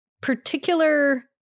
particular